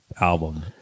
album